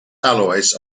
alloys